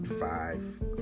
five